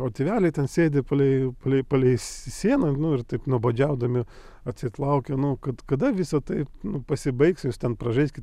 o tėveliai ten sėdi palei palei palei sieną nu ir taip nuobodžiaudami atseit laukia nu kad kada visa tai pasibaigs jūs ten pražaiskit